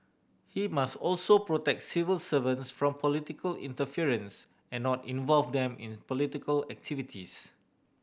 he must also protect civil servants from political interference and not involve them in political activities